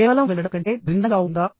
కేవలం వినడం కంటే భిన్నంగా ఉందా